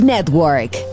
Network